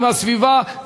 עם הסביבה,